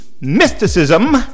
Mysticism